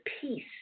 peace